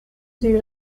die